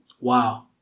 Wow